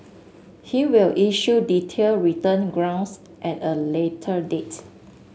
he will issue detailed written grounds at a later date